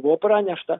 buvo pranešta